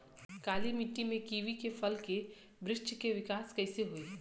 काली मिट्टी में कीवी के फल के बृछ के विकास कइसे होई?